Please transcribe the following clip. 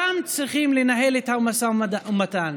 שם צריכים לנהל את המשא ומתן.